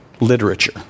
literature